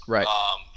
Right